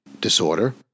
disorder